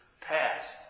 past